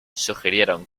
sugirieron